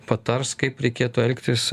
patars kaip reikėtų elgtis